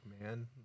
man